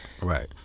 Right